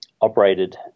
operated